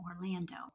Orlando